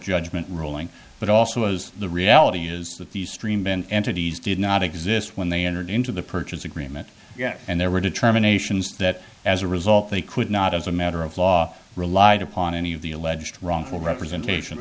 judgment ruling but also as the reality is that these stream been entities did not exist when they entered into the purchase agreement and there were determinations that as a result they could not as a matter of law relied upon any of the alleged wrongful representation